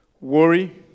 Worry